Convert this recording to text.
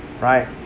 Right